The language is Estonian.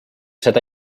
seda